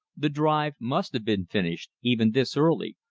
the drive must have been finished, even this early,